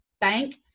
bank